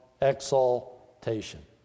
exaltation